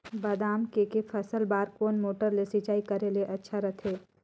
बादाम के के फसल बार कोन मोटर ले सिंचाई करे ले अच्छा रथे?